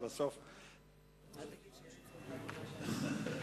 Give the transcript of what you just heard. נדמה לי שכבודו צריך לנסוע לבני-ברק.